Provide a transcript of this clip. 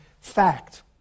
fact